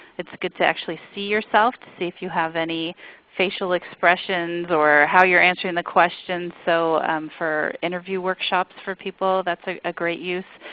it's good to actually see yourself to see if you have any facial expressions, or how you're answering the questions. so for interview workshops for people that's a great use.